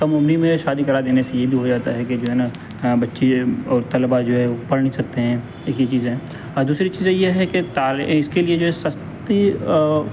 کم عمری میں شادی کرا دینے سے یہ بھی ہو جاتا ہے ہے کہ جو ہے نا بچے اور طلبا جو ہے وہ پڑھ نہیں سکتے ہیں ایک یہ چیز ہے اور دوسری چیزیں یہ ہے کہ اس کے لیے جو ہے سستی